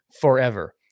forever